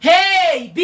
Hey